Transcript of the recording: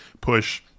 push